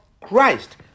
Christ